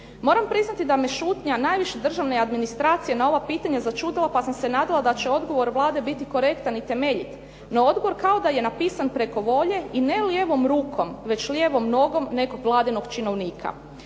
Moram priznati da me šutnja najviše državne administracije na ova pitanja začudila pa sam se nadala da će odgovor Vlade biti korektan i temeljit, no odgovor kao da je napisan preko volje i ne lijevom rukom već lijevom nogom nekog Vladinog činovnika